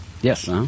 Yes